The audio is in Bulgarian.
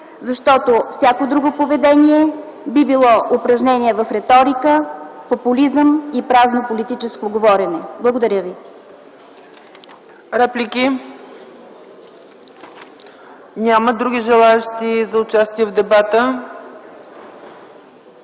защото всяко друго поведение би било упражнение в реторика, популизъм и празно политическо говорене. Благодаря ви. ПРЕДСЕДАТЕЛ ЦЕЦКА ЦАЧЕВА: Реплики? Няма. Други желаещи за участие в дебата?